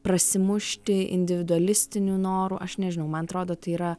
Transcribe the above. prasimušti individualistinių noru aš nežinau man atrodo tai yra